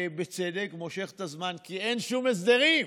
ובצדק מושך את הזמן, כי אין שום הסדרים,